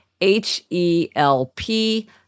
H-E-L-P